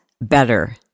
better